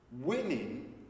Women